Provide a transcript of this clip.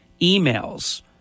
emails